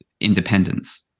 independence